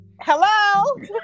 Hello